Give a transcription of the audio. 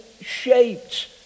shaped